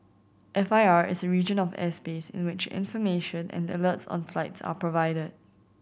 F I R is a region of airspace in which information and alerts on flights are provided